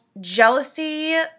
jealousy